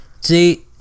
See